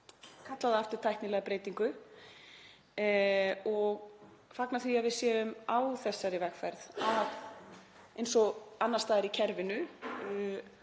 kalla það aftur tæknilega breytingu, og fagna því að við séum á þessari vegferð eins og annars staðar í kerfinu.